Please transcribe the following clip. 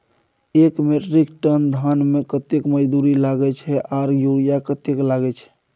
एक metric ton धान में कतेक मजदूरी लागे छै आर यूरिया कतेक लागे छै?